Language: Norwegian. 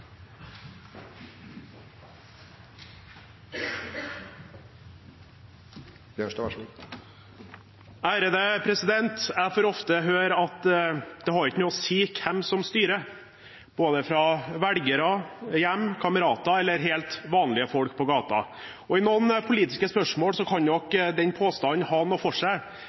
Jeg får ofte høre at det ikke har noe å si hvem som styrer, både fra velgere, hjemme, kamerater eller helt vanlige folk på gaten. I noen politiske spørsmål kan nok den påstanden ha noe for seg,